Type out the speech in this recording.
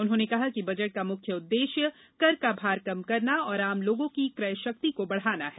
उन्होंने कहा कि बजट का मुख्य उद्देश्य कर का भार कम करना और आम लोगों की कयशक्ति को बढ़ाना है